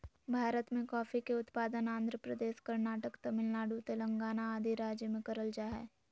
भारत मे कॉफी के उत्पादन आंध्र प्रदेश, कर्नाटक, तमिलनाडु, तेलंगाना आदि राज्य मे करल जा हय